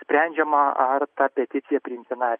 sprendžiama ar ta peticija priimtina